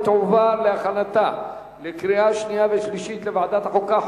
ותועבר להכנתה לקריאה שנייה וקריאה שלישית לוועדת החוקה,